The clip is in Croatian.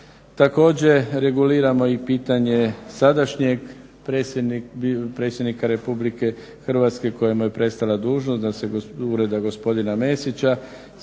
Također, reguliramo i pitanje sadašnjeg Predsjednika Republike Hrvatske kojemu je prestala dužnost, Ureda gospodina Mesića